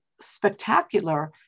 spectacular